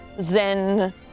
Zen